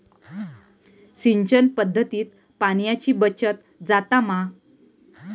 सिंचन पध्दतीत पाणयाची बचत जाता मा?